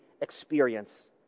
experience